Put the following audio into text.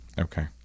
Okay